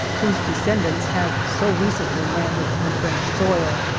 whose descendants have so recently landed on french soil,